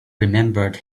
remembered